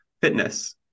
fitness